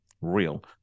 real